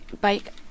bike